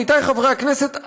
עמיתי חברי הכנסת,